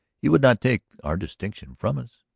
you would not take our distinction from us?